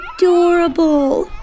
adorable